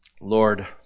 Lord